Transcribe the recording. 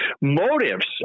motives